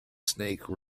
snake